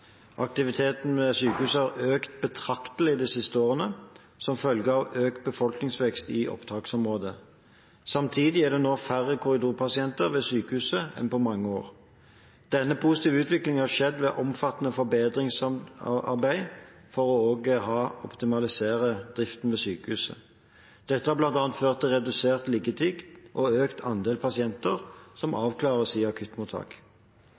Aktiviteten ved sykehuset har økt betraktelig de siste årene som følge av økt befolkningsvekst i opptaksområdet. Samtidig er det nå færre korridorpasienter ved sykehuset enn på mange år. Den positive utviklingen har skjedd ved omfattende forbedringsarbeid for å optimalisere driften ved sykehuset. Dette har bl.a. ført til redusert liggetid og økt andel pasienter som avklares i akuttmottak.